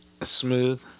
smooth